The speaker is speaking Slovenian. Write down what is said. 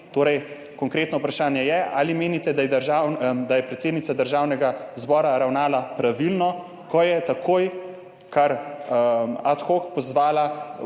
zadevah. Konkretno vprašanje je torej: Ali menite, da je predsednica Državnega zbora ravnala pravilno, ko je takoj, kar ad hoc pozvala